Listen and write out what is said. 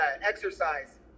exercise